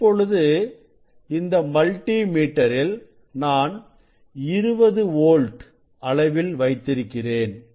இப்பொழுது இந்த மல்டி மீட்டரில் நான் 20 volt அளவில் வைத்திருக்கிறேன்